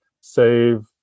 save